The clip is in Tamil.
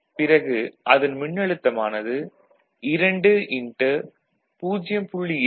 பிறகு அதன் மின்னழுத்தம் ஆனது 2 x 0